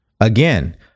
Again